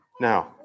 Now